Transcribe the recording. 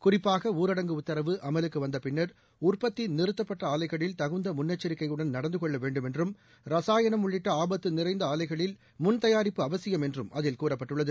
குறிப்பாக ஊரடங்கு உத்தரவு அமலுக்கு வந்த பின்னா் உற்பத்தி நிறுத்தப்பட்ட ஆலைகளில் தகுந்த முன்னெச்சிக்கையுடன் நடந்தகொள்ள வேண்டும் என்றும் ரசாயனம் உள்ளிட்ட ஆபத்து நிறைந்த ஆலைகளில் முன் தயாரிப்பு அவசியம் என்றும் அதில் கூறப்பட்டுள்ளது